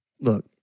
Look